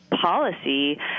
policy